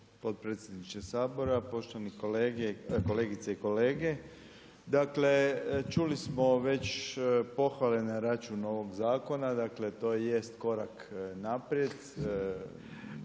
potpredsjedniče Sabora, poštovani kolegice i kolege. Dakle, čuli smo već pohvale na račun ovog zakona, dakle to jest korak naprijed,